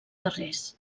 carrers